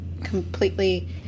completely